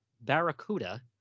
Barracuda